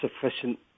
sufficient